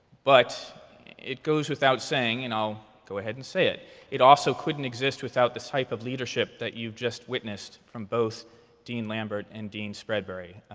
but it goes without saying and i'll go ahead and say it it also couldn't exist without the type of leadership that you've just witnessed from both dean lambert and dean spreadbury.